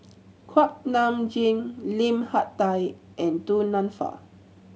Kuak Nam Jin Lim Hak Tai and Du Nanfa